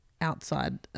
outside